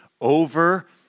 over